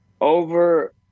over